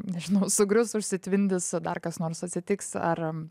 nežinau sugrius užsitvindys dar kas nors atsitiks ar